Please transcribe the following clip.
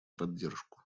поддержку